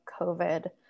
COVID